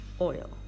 oil